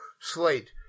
slate